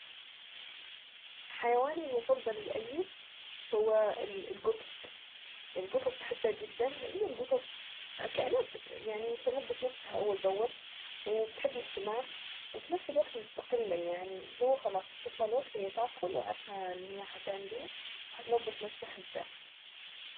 اكتر حيوان بحبه حيوان الخيل. الخيل اكتر الحيوانات المفضلة عندي لانه بيكون صديق الانسان وحيوان راقي كدا يعني ما بيغدرش بحد وفي نفس الوقت بتعرف تتفاهم معاه وحساس وعنده عزة بنفسه وكرامة مش عنده اي حيوان تاني الخيل العربي الاصيل ما فيش زي كرامته